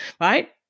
right